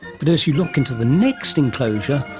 but as you look into the next enclosure,